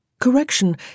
Correction